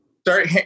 Start